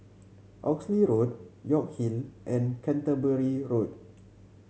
Oxley Road York Hill and Canterbury Road